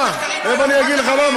השילוב בין זה לזה,